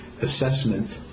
assessment